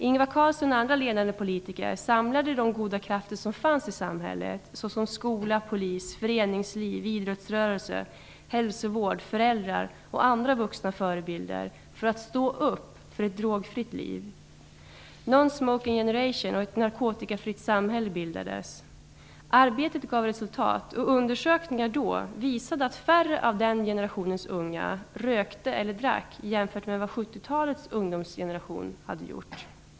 Ingvar Carlsson och andra ledande politiker samlade de goda krafter som fanns i samhället, som skola, polis, föreningsliv, idrottsrörelse, hälsovård, föräldrar och andra vuxna förebilder, till att stå upp för ett drogfritt liv. Non Smoking Generation och Ett narkotikafritt samhälle bildades. Arbetet gav resultat, och undersökningar som gjordes då visade att färre av den generationens unga rökte eller drack jämfört med vad 70-talets ungdomsgeneration hade gjort.